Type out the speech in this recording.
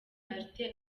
martin